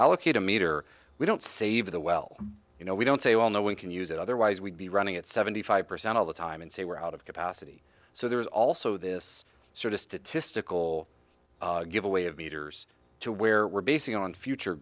allocate a meter we don't save the well you know we don't say well no one can use it otherwise we'd be running at seventy five percent all the time and say we're out of capacity so there's also this sort of statistical giveaway of meters to where we're basing on future